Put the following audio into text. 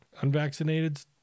Unvaccinated